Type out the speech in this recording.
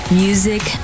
music